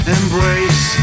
embrace